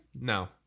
No